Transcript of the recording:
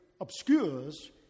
obscures